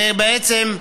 ובעצם,